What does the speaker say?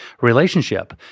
relationship